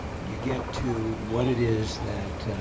you get to what it is that